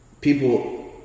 people